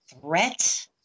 threat